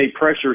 pressure